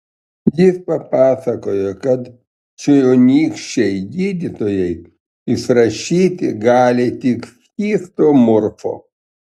jis papasakojo kad čionykščiai gydytojai išrašyti gali tik skysto morfo